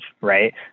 right